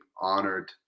honored